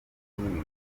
w’amaguru